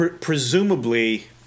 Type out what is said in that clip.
presumably